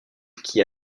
qui